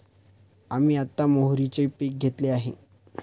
आम्ही आता मोहरीचे पीक घेतले आहे